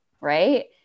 Right